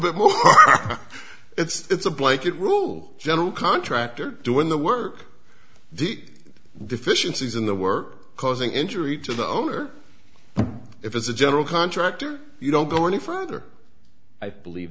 bit more it's a blanket rule general contractor doing the work the deficiencies in the work causing injury to the owner if as a general contractor you don't go any further i believe